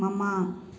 ꯃꯃꯥꯡ